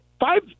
five